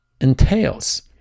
entails